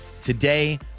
today